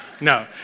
no